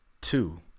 two